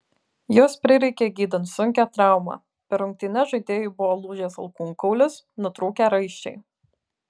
jos prireikė gydant sunkią traumą per rungtynes žaidėjui buvo lūžęs alkūnkaulis nutrūkę raiščiai